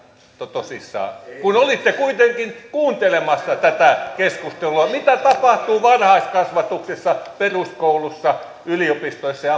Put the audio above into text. tosissanne kun olitte kuitenkin kuuntelemassa tätä keskustelua mitä tapahtuu varhaiskasvatuksessa peruskoulussa yliopistoissa ja